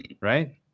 right